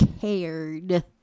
cared